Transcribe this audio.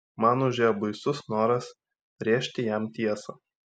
man užėjo baisus noras rėžti jam tiesą